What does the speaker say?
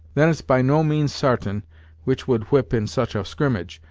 then it's by no means sartain which would whip in such a scrimmage,